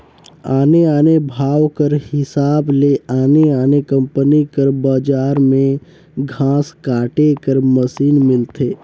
आने आने भाव कर हिसाब ले आने आने कंपनी कर बजार में घांस काटे कर मसीन मिलथे